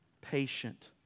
patient